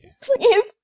Please